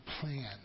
plan